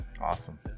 Awesome